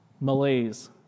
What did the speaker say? malaise